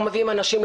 אנחנו מביאים אנשים.